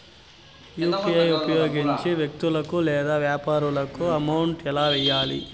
UPI ఉపయోగించి వ్యక్తులకు లేదా వ్యాపారస్తులకు అమౌంట్ ఎలా వెయ్యాలి